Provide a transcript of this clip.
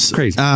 crazy